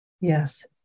Yes